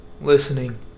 listening